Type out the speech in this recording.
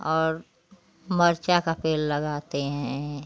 और मर्चा का पेड़ लगाते हैं